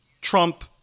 Trump